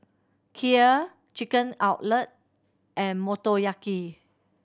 Kheer Chicken Cutlet and Motoyaki